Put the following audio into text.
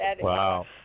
Wow